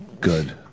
Good